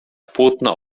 płótno